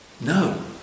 No